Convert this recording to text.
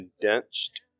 condensed